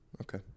Okay